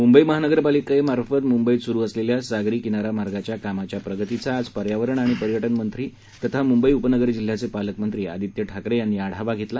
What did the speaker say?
मुंबई महापालिकेमार्फत मुंबईत सुरु असलेल्या सागरी किनारा मार्गाच्या कामाच्या प्रगतीचा आज पर्यावरण आणि पर्यटन मंत्री तथा मुंबई उपनगर जिल्ह्याचे पालकमंत्री आदित्य ठाकरे यांनी आढावा घेतला